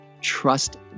Trust